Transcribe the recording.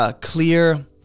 clear